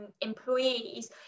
employees